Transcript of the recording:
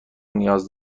نیاز